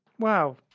Wow